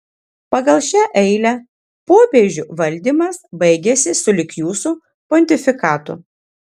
pagal šią eilę popiežių valdymas baigiasi sulig jūsų pontifikatu